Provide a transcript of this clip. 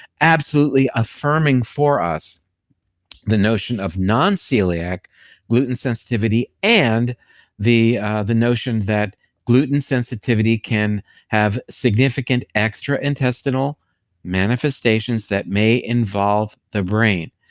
absolutely affirming for us the notion of non-celiac gluten sensitivity and the the notion that gluten sensitivity can have significant extra-intestinal manifestations that may involve the brain.